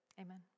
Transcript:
Amen